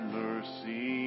mercy